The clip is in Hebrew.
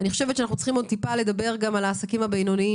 אני חושבת שאנחנו צריכים עוד טיפה לדבר גם על העסקים הבינוניים